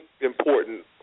important